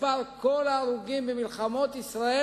מספר כל ההרוגים במלחמות ישראל,